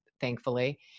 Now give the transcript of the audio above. thankfully